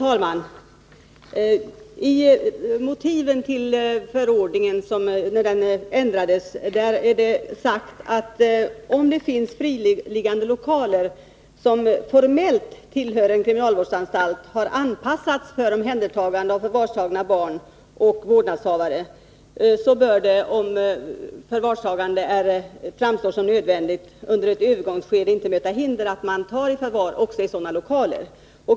Herr talman! När förordningen ändrades anfördes i motivtexten att om det finns friliggande lokaler, som formellt tillhör en kriminalvårdsanstalt men som har anpassats för omhändertagande av förvarstagna barn och deras vårdnadshavare, bör det, om förvarstagande framstår som nödvändigt, under ett övergångsskede inte möta hinder att man tar i förvar också i sådana lokaler.